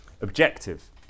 objective